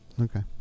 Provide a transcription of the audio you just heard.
Okay